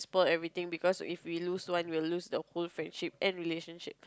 spoil everything because if we lose one we will lose the whole friendship and relationship